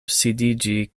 sidiĝi